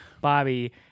Bobby